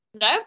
no